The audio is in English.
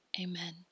Amen